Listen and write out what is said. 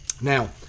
Now